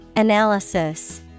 analysis